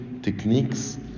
techniques